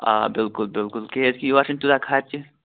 آ بِلکُل بِلکُل کیٛازِکہِ یورٕ چھِنہٕ تیٛوٗتاہ خرچہٕ